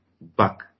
back